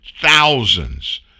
thousands